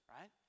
right